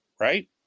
right